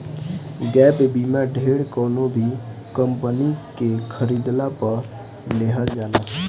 gap बीमा ढेर कवनो भी कंपनी के खरीदला पअ लेहल जाला